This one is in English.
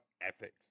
ethics